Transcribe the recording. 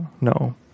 No